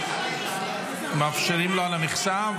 מאפשרים לו על המכסה?